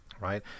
Right